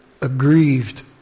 aggrieved